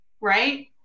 right